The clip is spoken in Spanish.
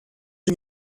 sin